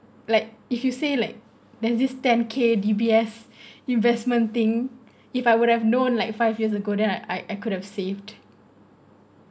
like if you say like there's this ten k D_B_S investment thing if I would have known like five years ago then I I I could've saved